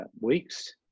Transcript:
weeks